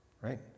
right